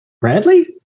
Bradley